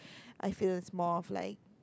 I feel it's more of like